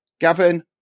Gavin